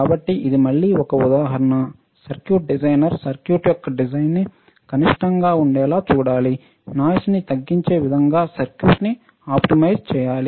కాబట్టి ఇది మళ్ళీ ఒక ఉదాహరణ సర్క్యూట్ డిజైనర్ సర్క్యూట్ యొక్క డిజైన్ ని కనిష్టంగా ఉండేలా చూడాలి నాయిస్ ని తగ్గించే విధంగా సర్క్యూట్ ని ఆప్టిమైజ్ చేయాలి